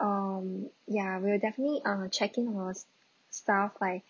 um yeah we'll definitely uh checking our staff why